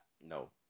No